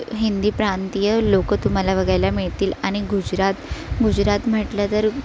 हिंदी प्रांतीय लोक तुम्हाला बघायला मिळतील आणि गुजरात गुजरात म्हटलं तर